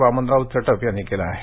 वामनराव चटप यांनी केला आहे